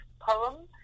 poem